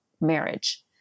marriage